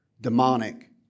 demonic